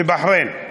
בבחריין.